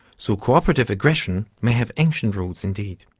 so cooperative aggression may have ancient roots indeed.